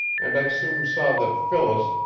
and i soon saw that phyllis,